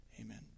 Amen